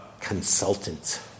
consultant